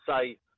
say